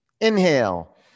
inhale